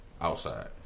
outside